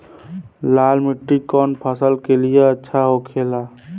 लाल मिट्टी कौन फसल के लिए अच्छा होखे ला?